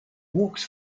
walks